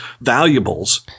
valuables